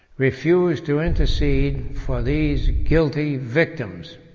refused to intercede for these guilty victims.